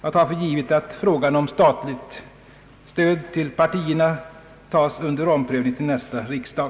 Jag tar för givet att frågan om statligt stöd till partierna tas under omprövning till nästa års riksdag.